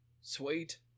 Sweet